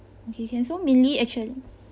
okay can so mainly actually